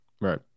Right